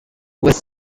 with